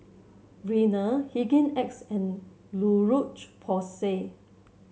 Rene Hygin X and La Roche Porsay